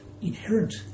inherent